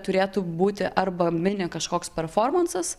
turėtų būti arba mini kažkoks performansas